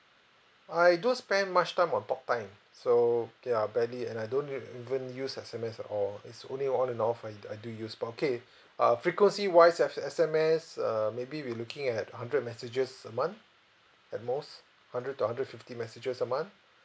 I don't spend much time on talk time so ya barely and I don't re~ even use S_M_S at all it's only on and off I d~ I do use but okay uh frequency wise S S_M_S err maybe we're looking at a hundred messages a month at most hundred to hundred fifty messages a month